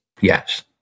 Yes